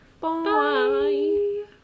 Bye